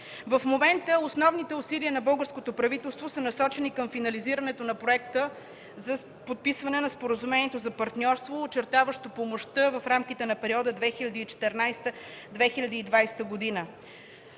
В момента основните усилия на българското правителство са насочени към финализирането на проекта за подписване на Споразумението за партньорство, очертаващо помощта в рамките на периода 2014-2020 г.